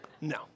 No